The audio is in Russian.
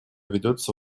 ведется